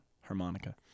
harmonica